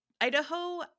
Idaho